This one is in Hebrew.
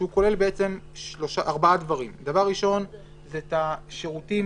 שהוא כולל ארבעה דברים: דבר ראשון זה השירותים